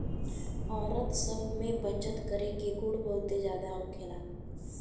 औरत सब में बचत करे के गुण बहुते ज्यादा होखेला